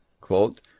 quote